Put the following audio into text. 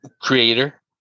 creator